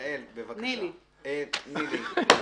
נילי אבן חן,